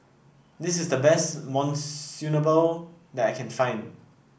this is the best that I can find